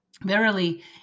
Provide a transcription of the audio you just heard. Verily